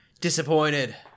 disappointed